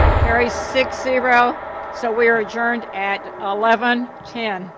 carries six zero so we are adjourned at ah eleven ten